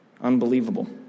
unbelievable